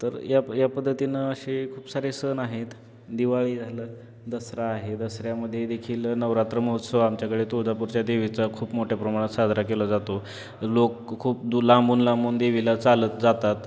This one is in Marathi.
तर या या पद्धतीनं असे खूप सारे सण आहेत दिवाळी झालं दसरा आहे दसऱ्यामध्ये देखील नवरात्र महोत्सव आमच्याकडे तुळजापुरच्या देवीचा खूप मोठ्या प्रमाणात साजरा केला जातो लोक खूप दु लांबून लांबून देवीला चालत जातात